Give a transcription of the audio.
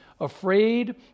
afraid